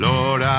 Lord